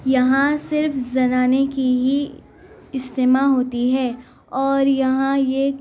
یہاں صرف زنانی کی ہی اجتماع ہوتی ہے اور یہاں یہ